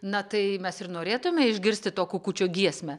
na tai mes ir norėtume išgirsti to kukučio giesmę